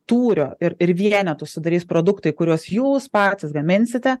tūrio ir ir vienetų sudarys produktai kuriuos jūs patys gaminsite